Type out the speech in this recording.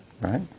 right